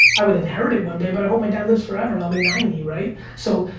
i would inherit it one day, but i hope my dad lives forever and i'll be ninety right? so,